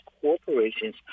corporations